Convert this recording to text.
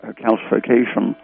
calcification